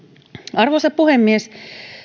arvoisa puhemies